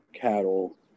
cattle